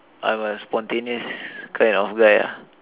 I a spontaneous kind of guy ah